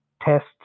tests